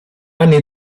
anni